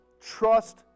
Trust